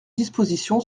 disposition